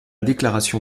déclaration